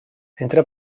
entra